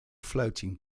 floating